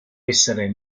essere